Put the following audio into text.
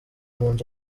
munzu